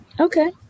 Okay